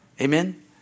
Amen